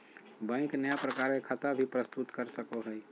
bank नया प्रकार के खता भी प्रस्तुत कर सको हइ